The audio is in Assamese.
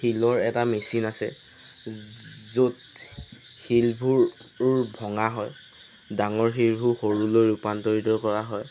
শিলৰ এটা মেচিন আছে য'ত শিলবোৰ ভঙা হয় ডাঙৰ শিলবোৰ সৰুলৈ ৰূপান্তৰিত কৰা হয়